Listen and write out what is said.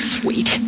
Sweet